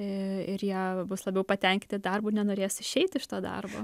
i ir jie bus labiau patenkinti darbu nenorės išeiti iš to darbo